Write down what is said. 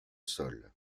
sol